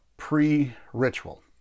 pre-ritual